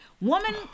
Woman